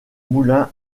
moulin